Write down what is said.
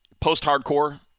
post-hardcore